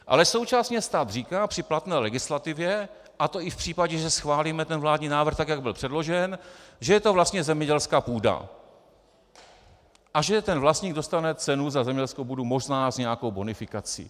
Ale současný stav říká při platné legislativě, a to i v případě, že schválíme vládní návrh tak, jak byl předložen, že je to vlastně zemědělská půda a že vlastník dostane cenu za zemědělskou půdu, možná s nějakou bonifikací.